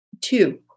Two